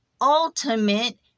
ultimate